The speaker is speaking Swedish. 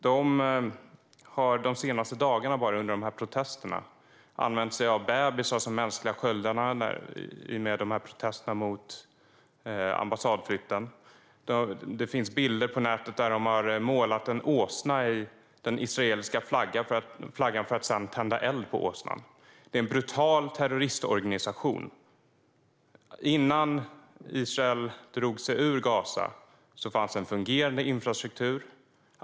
De har under de senaste dagarna, vid dessa protester mot ambassadflytten, använt sig av bebisar som mänskliga sköldar. Det finns bilder på nätet som visar att de har målat den israeliska flaggan på en åsna för att sedan tända eld på åsnan. Det är en brutal terroristorganisation. Innan Israel drog sig ur Gaza fanns det en fungerande infrastruktur.